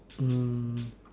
um